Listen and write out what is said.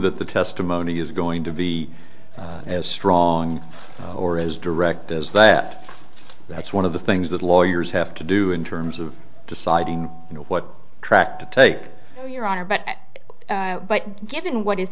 that the testimony is going to be as strong or as direct as that that's one of the things that lawyers have to do in terms of deciding what track to take your honor but given what is